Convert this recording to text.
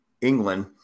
England